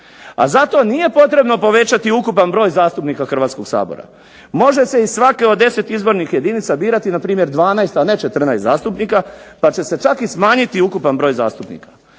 A zato nije potrebno povećati ukupan broj zastupnika Hrvatskog sabora, može iz svake od 10 izbornih jedinica birati npr. 12, a ne 14 zastupnika pa će se čak i smanjiti ukupan broj zastupnika.